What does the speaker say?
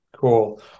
Cool